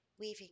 weaving